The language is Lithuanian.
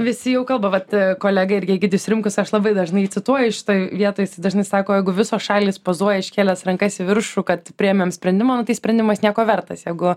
visi jau kalba vat kolega irgi egidijus rimkus aš labai dažnai jį cituoju šitoj vietoj jis dažnai sako jeigu visos šalys pozuoja iškėlęs rankas į viršų kad priėmėm sprendimą tai sprendimas nieko vertas jeigu